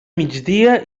migdia